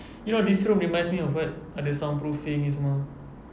you know this room reminds me of what ada sound proofing ini semua